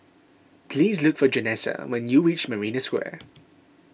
please look for Janessa when you reach Marina Square